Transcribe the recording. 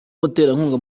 muterankunga